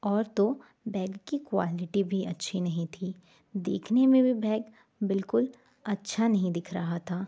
और तो बैग की क्वालिटी भी अच्छी नहीं थी देखने में भी बैग बिल्कुल अच्छा नहीं दिख रहा था